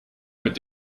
mit